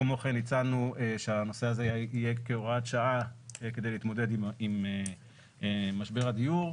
כמו כן הצענו שהנושא הזה יהיה כהוראת שעה כדי להתמודד עם משבר הדיור,